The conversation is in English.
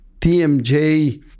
TMJ